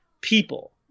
people